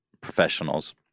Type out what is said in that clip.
professionals